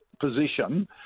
position